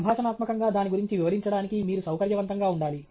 సంభాషణాత్మకంగా దాని గురించి వివరించడానికి మీరు సౌకర్యవంతంగా ఉండాలి